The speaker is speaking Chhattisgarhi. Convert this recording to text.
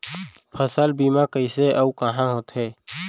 फसल बीमा कइसे अऊ कहाँ होथे?